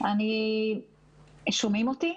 אני שומעים אותי?